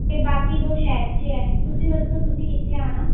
ਅਤੇ ਬਾਕੀ ਦੋ ਸ਼ਹਿਰ 'ਚ ਹੈ ਤੁਸੀਂ ਦੱਸੋ ਤੁਸੀਂ ਕਿੱਥੇ ਆਉਣਾ